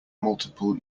multiple